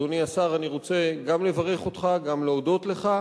אדוני השר, אני רוצה גם לברך אותך וגם להודות לך.